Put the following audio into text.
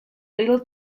little